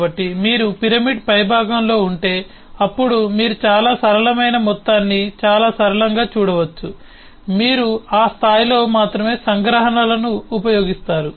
కాబట్టి మీరు పిరమిడ్ పైభాగంలో ఉంటే అప్పుడు మీరు చాలా సరళమైన మొత్తాన్ని చాలా సరళంగా చూడవచ్చు మీరు ఆ స్థాయిలో మాత్రమే సంగ్రహణలను ఉపయోగిస్తారు